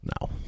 No